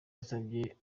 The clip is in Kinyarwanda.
yasabye